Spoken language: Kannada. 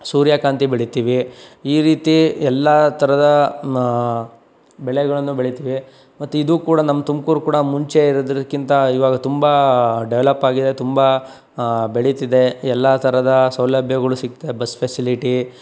ಸೂರ್ಯಕಾಂತಿ ಬೆಳಿತೀವಿ ಈ ರೀತಿ ಎಲ್ಲ ಥರದ ಬೆಳೆಗಳನ್ನು ಬೆಳಿತೀವಿ ಮತ್ತು ಇದೂ ಕೂಡ ನಮ್ಮ ತುಮಕೂರು ಕೂಡ ಮುಂಚೆ ಇರೋದಿಕ್ಕಿಂತ ಇವಾಗ ತುಂಬ ಡೆವಲಪ್ ಆಗಿದೆ ತುಂಬ ಬೆಳೀತಿದೆ ಎಲ್ಲ ಥರದ ಸೌಲಭ್ಯಗಳು ಸಿಗ್ತಾ ಬಸ್ ಫೆಸಿಲಿಟಿ